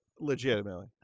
Legitimately